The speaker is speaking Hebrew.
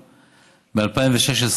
ב-2016,